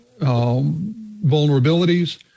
vulnerabilities